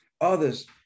others